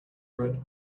red